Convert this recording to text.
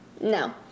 No